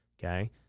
okay